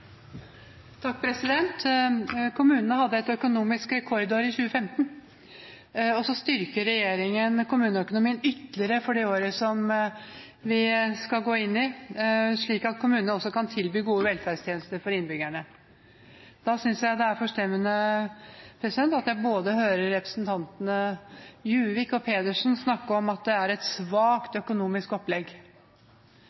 Kommunene hadde et økonomisk rekordår i 2015, og regjeringen styrker kommuneøkonomien ytterligere for det året som vi skal gå inn i, slik at kommunene også kan tilby gode velferdstjenester for innbyggerne. Da synes jeg det er forstemmende å høre både representantene Juvik og Pedersen snakke om at det er et svakt